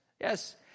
Yes